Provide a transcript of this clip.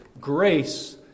Grace